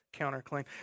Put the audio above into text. counterclaim